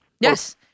Yes